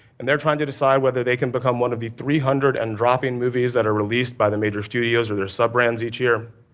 and they're trying to decide whether they can become one of the three hundred and dropping movies that are released by the major studios or their sub-brands each year.